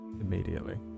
immediately